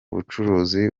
bucuruzi